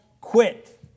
quit